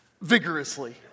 vigorously